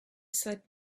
said